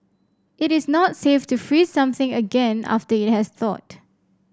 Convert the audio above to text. it is not safe to freeze something again after it has thawed